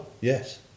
yes